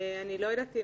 אני לא יודעת,